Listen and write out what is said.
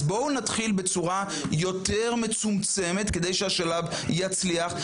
בואו נתחיל בצורה יותר מצומצמת כדי שהשלב יצליח,